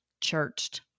churched